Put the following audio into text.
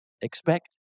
Expect